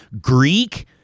Greek